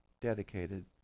dedicated